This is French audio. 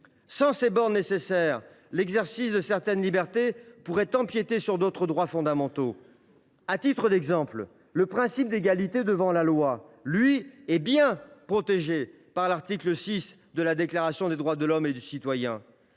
Sans ces bornes nécessaires, l’exercice de certaines libertés pourrait empiéter sur d’autres droits fondamentaux. À titre d’exemple, le principe d’égalité devant la loi est bien protégé par l’article 6 de la Déclaration des droits de l’homme et du citoyen.